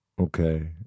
Okay